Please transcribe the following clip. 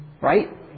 right